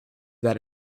that